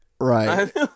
Right